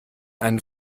einen